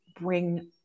bring